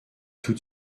tout